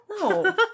No